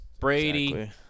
Brady